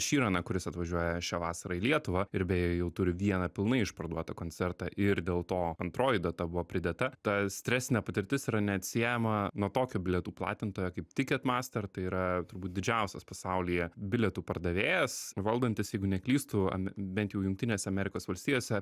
šyraną kuris atvažiuoja šią vasarą į lietuvą ir beje jau turi vieną pilnai išparduotą koncertą ir dėl to antroji data buvo pridėta ta stresinė patirtis yra neatsiejama nuo tokio bilietų platintojo kaip tiket master tai yra turbūt didžiausias pasaulyje bilietų pardavėjas valdantis jeigu neklystu ame bent jau jungtinėse amerikos valstijose